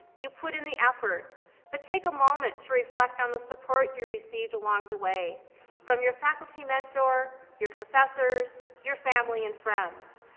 you put in the effort but take a moment to reflect on the support you received along the way from your faculty mentor, your professors, your family, and friends.